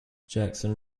jackson